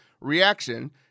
reaction